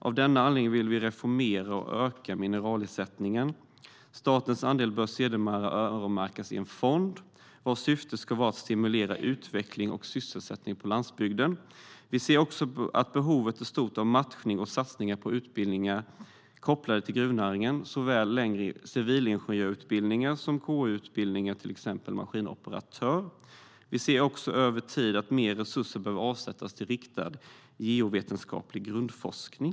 Av denna anledning vill vi reformera och öka mineralersättningen. Statens andel bör sedermera öronmärkas i en fond, vars syfte ska vara att stimulera utveckling och sysselsättning på landsbygden. Vi ser också att behovet av matchning och satsningar på utbildningar kopplade till gruvnäringen är stort. Det gäller såväl längre civilingenjörsutbildningar som KY-utbildningar till exempelvis maskinoperatör. Vi ser också över tid att mer resurser behöver avsättas för riktad geovetenskaplig grundforskning.